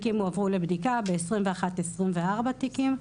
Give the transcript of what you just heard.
הועברו לבדיקה, ב-21, 24 תיקים.